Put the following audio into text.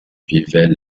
vivaient